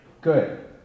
Good